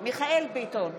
מיכאל מרדכי ביטון,